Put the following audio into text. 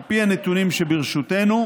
על פי הנתונים שברשותנו,